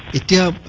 it due